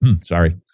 Sorry